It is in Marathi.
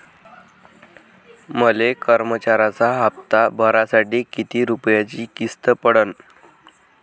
मले कर्जाचा हप्ता भरासाठी किती रूपयाची किस्त पडन?